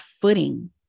footing